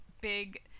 big